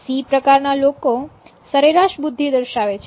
C પ્રકારના લોકો સરેરાશ બુદ્ધિ દર્શાવે છે